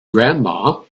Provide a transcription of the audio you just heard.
grandma